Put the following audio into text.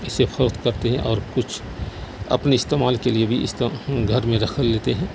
اسے فروخت کرتے ہیں اور کچھ اپنے استعمال کے لیے بھی اس کا گھر میں رکھ لیتے ہیں